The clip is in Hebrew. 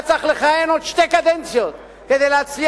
אתה צריך לכהן עוד שתי קדנציות כדי להציל